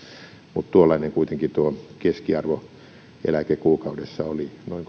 mutta tuollainen kuitenkin tuo keskiarvoeläke kuukaudessa oli noin